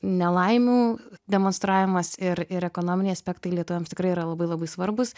nelaimių demonstravimas ir ir ekonominiai aspektai lietuviams tai yra labai labai svarbūs